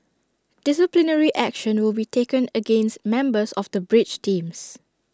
disciplinary action will be taken against members of the bridge teams